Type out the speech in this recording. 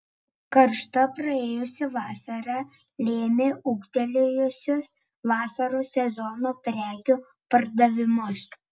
karšta praėjusi vasara lėmė ūgtelėjusius vasaros sezono prekių pardavimus